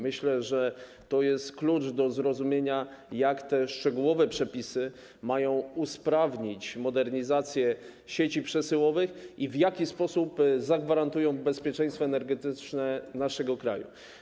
Myślę, że to jest klucz do zrozumienia, jak te szczegółowe przepisy mają usprawnić modernizację sieci przesyłowych i w jaki sposób zagwarantują bezpieczeństwo energetyczne naszego kraju.